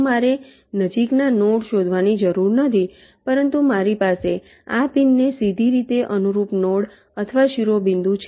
મારે નજીકના નોડ શોધવાની જરૂર નથી પરંતુ મારી પાસે આ પિનને સીધી રીતે અનુરૂપ નોડ અથવા શિરોબિંદુ છે